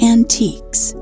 Antiques